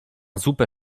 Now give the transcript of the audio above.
zupę